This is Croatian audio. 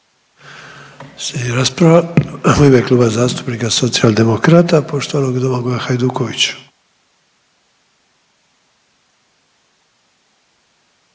završna rasprava u ime Kluba zastupnika Socijaldemokrata poštovanog Domagoja Hajduković.